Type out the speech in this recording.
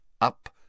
Up